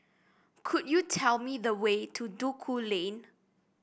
could you tell me the way to Duku Lane